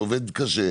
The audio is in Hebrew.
אדם שעובד קשה.